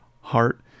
heart